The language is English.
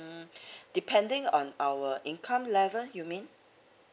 depending on our income level you mean